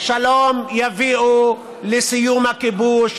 שלום יביאו לסיום הכיבוש,